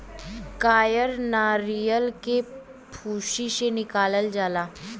कायर नरीयल के भूसी से निकालल जाला